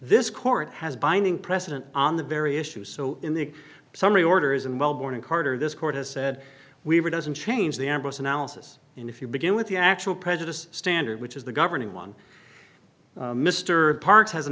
this court has binding precedent on the very issue so in the summary orders and well born in carter this court has said we were doesn't change the ambrose analysis and if you begin with the actual prejudiced standard which is the governing one mr parks has an